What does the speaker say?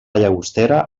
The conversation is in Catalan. llagostera